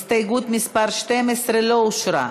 הסתייגות מס' 12 לא אושרה.